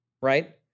right